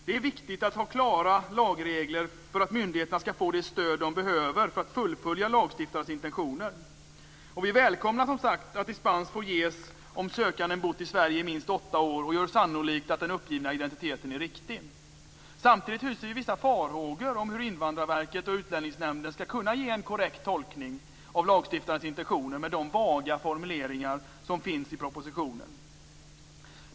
Det är viktigt att ha klara lagregler för att myndigheterna skall få det stöd de behöver för att fullfölja lagstiftarens intentioner. Vi välkomnar som sagt att dispens får ges om sökanden bott i Sverige i minst åtta år och gör sannolikt att den uppgivna identiteten är riktig. Samtidigt hyser vi vissa farhågor om hur Invandrarverket och Utlänningsnämnden skall kunna ge en korrekt tolkning av lagstiftarens intentioner med de vaga formuleringar som finns i propositionen.